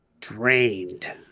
drained